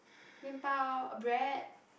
mian bao bread